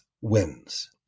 wins